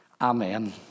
Amen